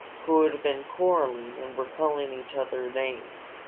who had been quarreling and were calling each other names.